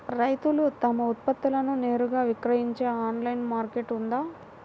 రైతులు తమ ఉత్పత్తులను నేరుగా విక్రయించే ఆన్లైను మార్కెట్ ఉందా?